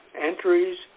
entries